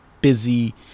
busy